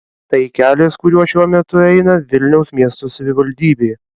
tai kelias kuriuo šiuo metu eina vilniaus miesto savivaldybė